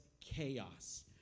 chaos